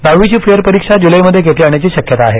दहावीची फेरपरीक्षा जुलैमध्ये घेतली जाण्याची शक्यता याहे